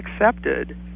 accepted